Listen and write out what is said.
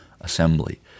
assembly